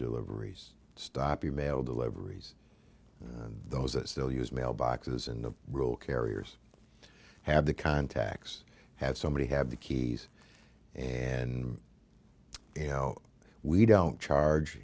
deliveries stop e mail deliveries and those that still use mailboxes in the rule carriers have the contacts have somebody have the keys and you know we don't charge